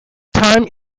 time